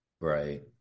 Right